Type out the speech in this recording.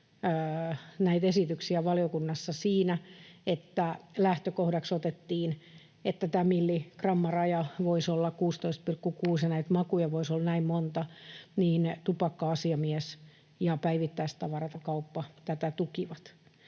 näitä esityksiä siitä, että lähtökohdaksi otettiin, että tämä milligrammaraja voisi olla 16,6 ja näitä makuja voisi olla näin monta: tupakka-asiamies ja päivittäistavarakauppa tätä tukivat.